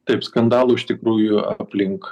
taip skandalų iš tikrųjų aplink